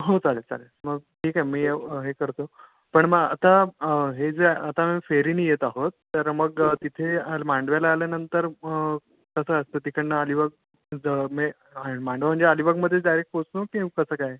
हो चालेल चालेल मग ठीक आहे मी येऊ हे करतो पण मग आता हे जे आता फेरीने येत आहोत तर मग तिथे मांडव्याला आल्यानंतर कसं असतं तिकडून अलिबाग ज म्हणजे मांडवा म्हणजे अलिबागमध्येच डायरेक्ट पोचतो की कसं काय